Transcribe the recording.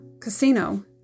casino